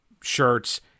shirts